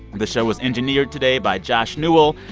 the show was engineered today by josh newell.